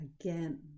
again